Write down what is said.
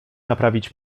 naprawić